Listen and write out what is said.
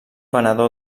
venedor